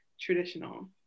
traditional